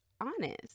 honest